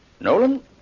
Nolan